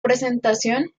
presentación